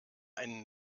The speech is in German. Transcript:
einen